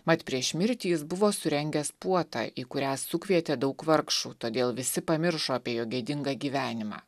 mat prieš mirtį jis buvo surengęs puotą į kurią sukvietė daug vargšų todėl visi pamiršo apie jo gėdingą gyvenimą